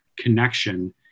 connection